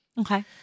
Okay